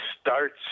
starts